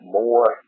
more